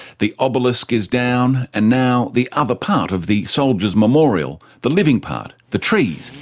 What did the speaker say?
the obelisk is down and now the other part of the soldiers memorial, the living part, the trees,